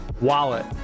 wallet